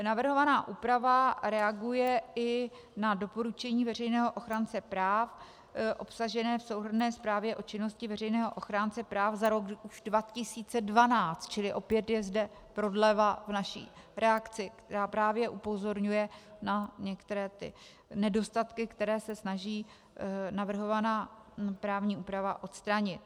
Navrhovaná úprava reaguje i na doporučení veřejného ochránce práv obsažené v Souhrnné zprávě o činnosti veřejného ochránce práv za rok 2012 čili opět je zde prodleva v naší reakci , která právě upozorňuje na některé nedostatky, které se snaží navrhovaná právní úprava odstranit.